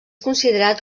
considerat